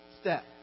step